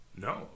No